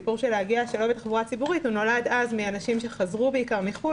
הסיפור של להגיע שלא בתחבורה ציבורית נולד מאנשים שחזרו בעיקר מחוץ